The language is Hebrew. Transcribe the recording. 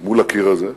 הקיר הזה.